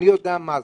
אני יודע מה זה,